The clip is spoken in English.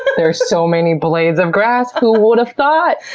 there's so many blades of grass! who would've thought!